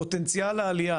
פוטנציאל העלייה,